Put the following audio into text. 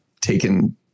taken